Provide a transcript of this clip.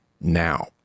now